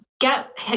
Get